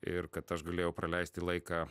ir kad aš galėjau praleisti laiką